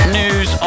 news